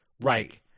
right